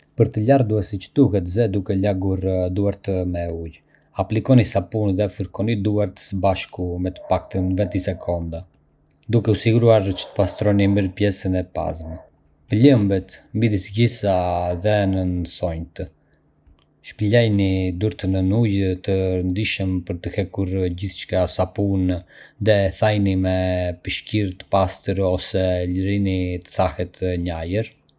Për të larë duar siç duhet, Zë duke lagur duart me ujë. Aplikoni sapun dhe fërkoni duart së bashku për të paktën vinti sekonda, duke u siguruar që të pastroni mirë pjesën e pasme, pëllëmbët, midis gishta dhe nën thonjtë. Shpëlajini duart nën ujë të rrjedhshëm për të hequr gjithçka sapun dhe thajini me një peshqir të pastër ose lërini të thahet në ajër.